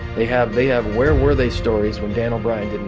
they have they have where were they stories when daniel o'brien didn't